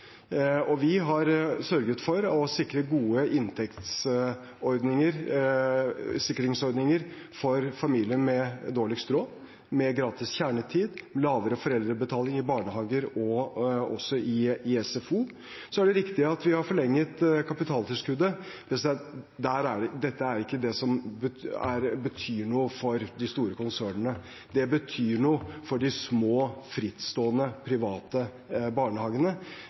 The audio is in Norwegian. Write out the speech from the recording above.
Vi har sørget for å sikre gode ordninger for familier med dårligst råd – gratis kjernetid og lavere foreldrebetaling i barnehager og også i SFO. Så er det riktig at vi har forlenget å ha kapitaltilskuddet. Dette er ikke det som betyr noe for de store konsernene. Det betyr noe for de små, frittstående private barnehagene.